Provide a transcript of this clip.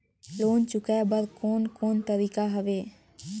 Loan चुकाए बर कोन कोन तरीका हवे?